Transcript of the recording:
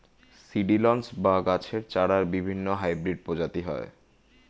seedlings বা গাছের চারার বিভিন্ন হাইব্রিড প্রজাতি হয়